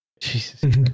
Jesus